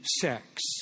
sex